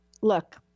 Look